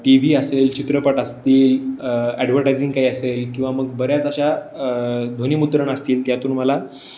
T V असेल चित्रपट असतील ॲडवर्टायझिंग काही असेल किंवा मग बऱ्याच अशा ध्वनिमुद्रणं असतील त्यातून मला